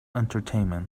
entertainment